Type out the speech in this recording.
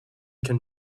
can